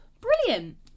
Brilliant